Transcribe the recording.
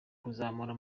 kuzamura